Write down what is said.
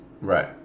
Right